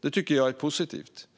Det tycker jag är positivt.